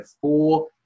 four